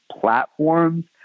platforms